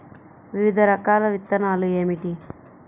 వివిధ రకాల విత్తనాలు ఏమిటి?